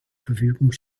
verfügung